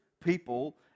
people